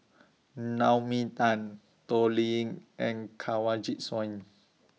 Naomi Tan Toh Liying and Kanwaljit Soin